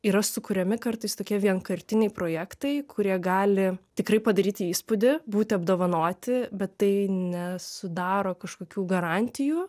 yra sukuriami kartais tokie vienkartiniai projektai kurie gali tikrai padaryti įspūdį būti apdovanoti bet tai nesudaro kažkokių garantijų